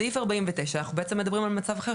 בסעיף 49 אנחנו בעצם מדברים על מצב אחר,